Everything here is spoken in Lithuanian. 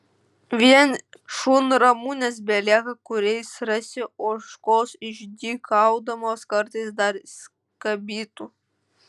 vien šunramunės belieka kurias rasi ožkos išdykaudamos kartais dar skabytų